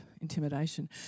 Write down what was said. intimidation